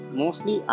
mostly